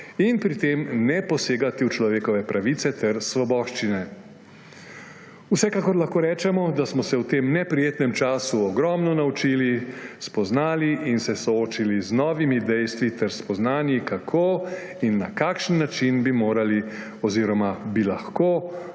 in pri tem ne posegati v človekove pravice ter svoboščine. Vsekakor lahko rečemo, da smo se v tem neprijetnem času ogromno naučili, spoznali in se soočili z novimi dejstvi ter spoznanji, kako in na kakšen način bi morali oziroma bi lahko